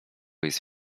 jest